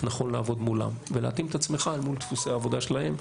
נכון לעבוד מולם ולהתאים את עצמך אל מול דפוסי עבודה שלהם,